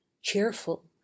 Cheerful